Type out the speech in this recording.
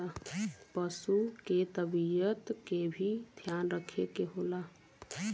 पसु क तबियत के भी ध्यान रखे के होला